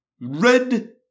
red